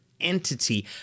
entity